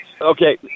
Okay